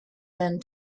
than